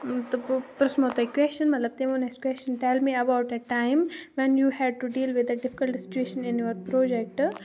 تہٕ بہٕ پِرٛژھمو تۄہہِ کوٚشَن مطلب تٔمۍ ووٚن اَسہِ question tell me about a time when you had to deal with the difficult situation in your project